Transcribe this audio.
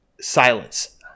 Silence